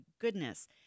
goodness